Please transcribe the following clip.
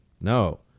No